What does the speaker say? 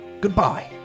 Goodbye